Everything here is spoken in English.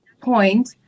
point